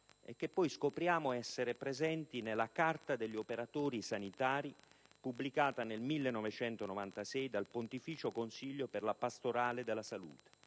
e che poi scopriamo essere presenti nella Carta degli operatori sanitari, pubblicata nel 1996 dal Pontificio Consiglio per la Pastorale della salute.